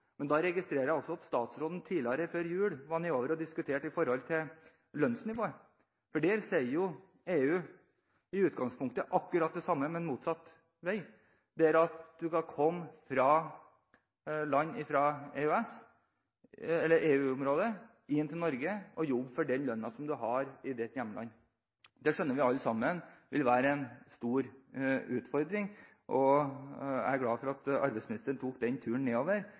Men jeg registrerer at statsråden tidligere, før jul, var nedover og diskuterte lønnsnivået. Der sier jo EU i utgangspunktet akkurat det samme – men motsatt vei – at du kan komme fra EU-området inn til Norge og jobbe for den lønnen som du har i ditt hjemland. Vi skjønner alle at det vil være en stor utfordring. Jeg er glad for at arbeidsministeren tok den turen nedover,